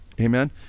amen